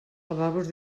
lavabos